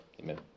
Amen